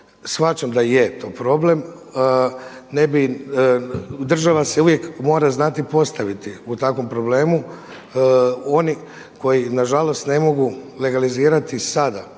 Shvaćam da je to problem. Ne bi, država se uvijek mora znati postaviti u takvom problemu. Oni koji na žalost ne mogu legalizirati sada